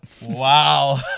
Wow